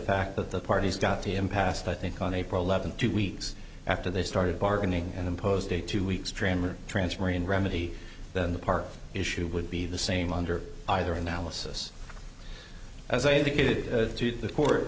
fact that the parties got to him passed i think on april eleventh two weeks after they started bargaining and imposed a two week streamer transferrin remedy then the park issue would be the same under either analysis as i indicated to the court